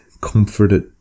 comforted